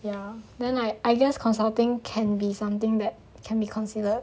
ya then I I guess consulting can be something that can be considered